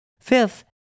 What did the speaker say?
Fifth